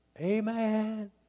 Amen